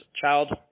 child